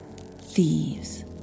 thieves